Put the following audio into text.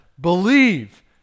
believe